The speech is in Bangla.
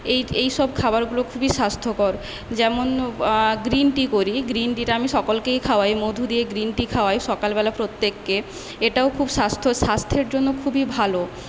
এই এইসব খাবারগুলো খুবই স্বাস্থ্যকর যেমন গ্রীন টি করি গ্রীন টিটা আমি সকলকেই খাওয়াই মধু দিয়ে গ্রীন টি খাওয়াই সকালবেলা প্রত্যেককে এটাও খুব স্বাস্থ্য স্বাস্থ্যের জন্য খুবই ভালো